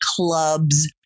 clubs